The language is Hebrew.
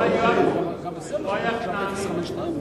חבר הכנסת שטרית,